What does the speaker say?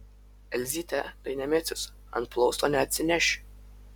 elzytė tai ne micius ant plausto neatsineši